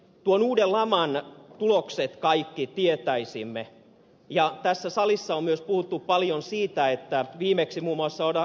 tuon uuden laman tulokset kaikki tietäisimme ja tässä salissa on myös puhuttu paljon siitä viimeksi muun muassa ed